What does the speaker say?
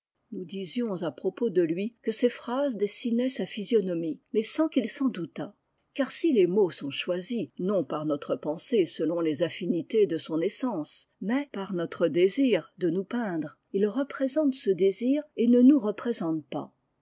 nous disions à propos de lui que ses phrases dessinaient sa physionomie mais sans qu'il s'en doutât car si les mots sont choisis non par notre pensée selon les affinités de son essence mais par notre désir de t je regrette d'avoir passé